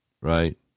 right